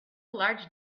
large